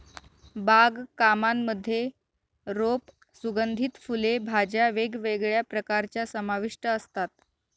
बाग कामांमध्ये रोप, सुगंधित फुले, भाज्या वेगवेगळ्या प्रकारच्या समाविष्ट असतात